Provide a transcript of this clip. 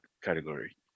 category